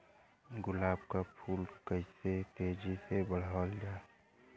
गुलाब क फूल के कइसे तेजी से बढ़ावल जा?